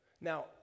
Now